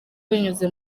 binyuze